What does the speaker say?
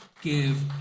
give